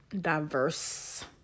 diverse